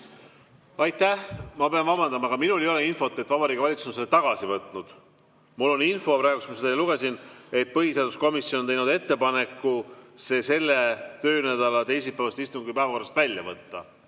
Aitäh! Ma pean vabandama, aga minul ei ole infot, et Vabariigi Valitsus on selle tagasi võtnud. Mul on info, mis ma praegu siit lugesin, et põhiseaduskomisjon on teinud ettepaneku see selle töönädala teisipäevase istungi päevakorrast välja võtta.